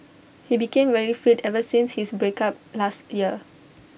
he became very fit ever since his break up last year